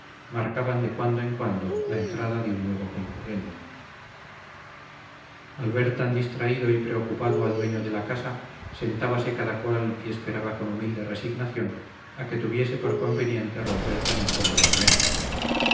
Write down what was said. marcaban de cuando en cuando la entrada de un nuevo concurrente al ver tan distraído y preocupado al dueño de la casa sentábase cada cual y esperaba con humilde resignación a que tuviese por conveniente romper tan incómodo silencio